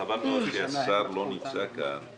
חבל מאוד שהשר לא נמצא כאן.